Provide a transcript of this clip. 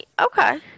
Okay